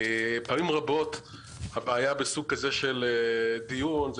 פעמים רבות הבעיה בסוג כזה של דיון זה